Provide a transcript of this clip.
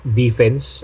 defense